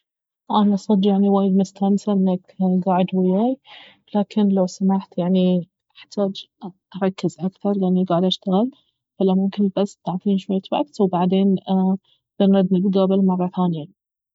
انا صج يعني وايد مستانسة انك قاعد وياي لكن لو سمحت يعني احتاج أ-أركز اكثر لاني قاعدة اشتغل فلو ممكن بس تعطيني شوية وقت وبعدين بنرد نتقابل مرة ثانية